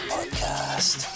Podcast